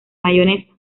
mayonesa